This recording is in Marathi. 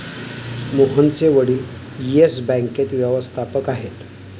मोहनचे वडील येस बँकेत व्यवस्थापक आहेत